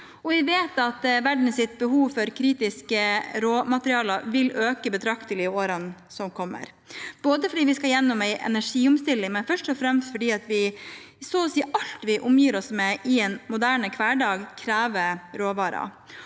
Vi vet at verdens behov for kritiske råmaterialer vil øke betraktelig i årene som kommer, fordi vi skal gjennom en energiomstilling, men først og fremst fordi så å si alt vi omgir oss med i en moderne hverdag, krever råvarer.